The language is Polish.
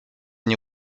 nie